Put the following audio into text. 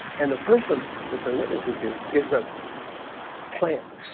and the person that they're witnessing to is a plant